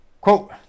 Quote